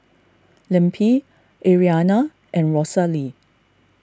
Lempi Ariana and Rosalee